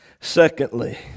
Secondly